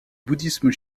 bouddhisme